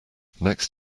next